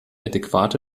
adäquate